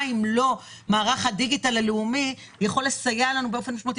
אז מה אם לא מערך הדיגיטל הלאומי שיכול לסייע לנו באופן משמעותי.